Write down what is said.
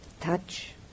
touch